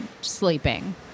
sleeping